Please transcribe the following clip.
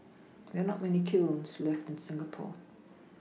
there're not many kilns left in Singapore